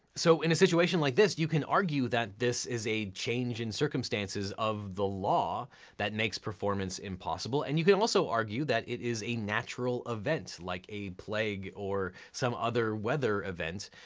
so in a situation like this, you can argue that this is a change in circumstances of the law that makes performance impossible, and you can also argue that it is a natural event, like a plague or some other weather event,